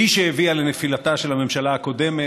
שהיא שהביאה לנפילתה של הממשלה הקודמת,